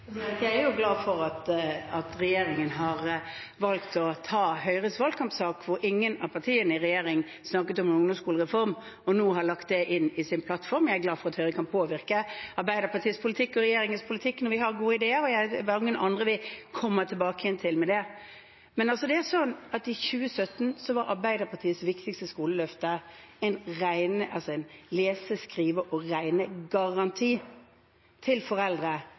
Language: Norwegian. Jeg er glad for at regjeringen har valgt å ta Høyres valgkampsak. Ingen av partiene i regjeringen snakket om en ungdomsskolereform, men har nå lagt det inn i sin plattform. Jeg er glad for at Høyre kan påvirke Arbeiderpartiet og regjeringens politikk når vi har gode ideer, og vi kommer tilbake med mange andre. I 2017 var Arbeiderpartiets viktigste skoleløfte til foreldre en lese-, skrive- og regnegaranti for barna. Det var det også i